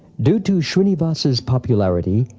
due to shrinivas's popularity,